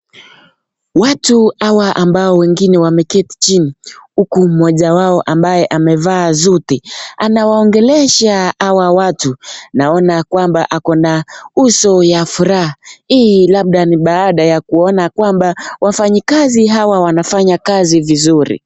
Watu hawa ambao wengine wameketi chini uku mmoja wao ambaye amevaa suti, anawaongelesha hawa watu. Naona kwamba akona uso ya furaha, hii labda ni baada ya kuona kwamba wafanyikazi hawa wanafanya kazi vizuri.